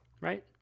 right